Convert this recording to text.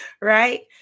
right